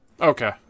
Okay